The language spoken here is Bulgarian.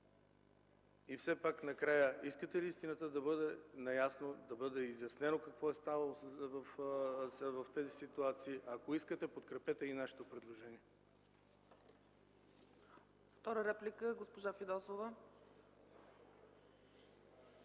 И все пак накрая – искате ли истината, искате ли да бъде изяснено какво е ставало в тези ситуации? Ако искате, подкрепете нашето предложение.